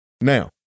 now